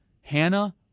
Hannah